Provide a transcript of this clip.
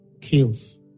Kills